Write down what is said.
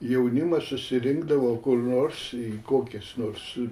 jaunimas susirinkdavo kur nors į kokias nors